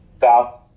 south